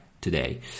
today